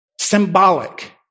Symbolic